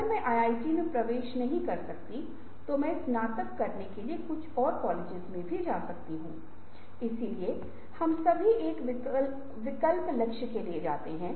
और इससे उत्पाद का विकास होगा और उत्पाद विकसित होने के बाद व्यावसायीकरण बाजार में प्रवेश होगी और फिर संगठन का विकास जारी रहेगा